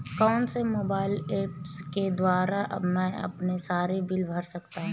कौनसे mobile apps के द्वारा मैं अपने सारे बिल भर सकता हूं?